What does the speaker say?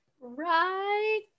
Right